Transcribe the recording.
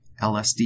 LSD